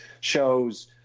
shows